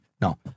No